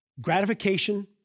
gratification